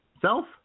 self